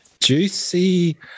Juicy